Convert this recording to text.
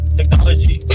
Technology